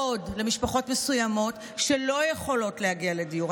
למשפחות מסוימות שלא יכולות להגיע לדיור.